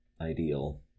ideal